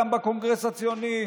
בכל השרשרת הזאת.